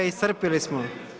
Iscrpili smo.